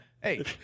Hey